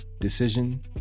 decision